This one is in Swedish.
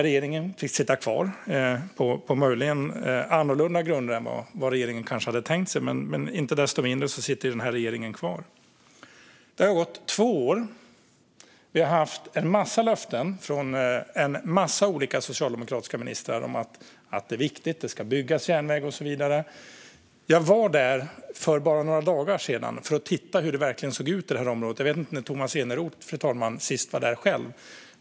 Regeringen fick sitta kvar, på möjligen annorlunda grunder än vad regeringen kanske hade tänkt sig. Inte desto mindre satt regeringen kvar. Det har gått två år. Vi har haft en mängd löften från en mängd olika socialdemokratiska ministrar. Det är viktigt, och det ska byggas järnväg och så vidare. Jag var där för bara några dagar sedan för att titta hur det verkligen såg ut i området. Jag vet inte när Tomas Eneroth sist var där själv, fru talman.